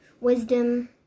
wisdom